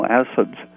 acids